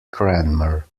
cranmer